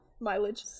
Mileage